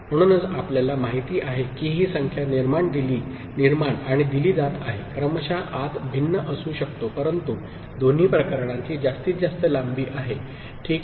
म्हणूनच आपल्याला माहिती आहे की ही संख्या निर्माण आणि दिली जात आहे क्रमशः आत भिन्न असू शकतो परंतु दोन्ही प्रकरणांची जास्तीत जास्त लांबी आहे ठीक आहे